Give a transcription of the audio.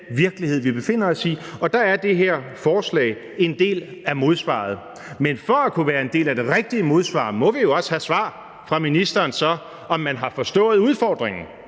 virkelighed, vi befinder os i, og der er det her forslag en del af modsvaret. Men for at kunne være en del af det rigtige modsvar må vi jo så også have et svar fra ministeren på, om man har forstået udfordringen,